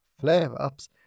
flare-ups